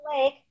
lake